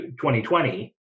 2020